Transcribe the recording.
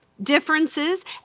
differences